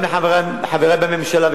גם לחברי בממשלה,